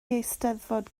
eisteddfod